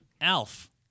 Alf